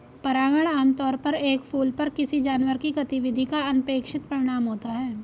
परागण आमतौर पर एक फूल पर किसी जानवर की गतिविधि का अनपेक्षित परिणाम होता है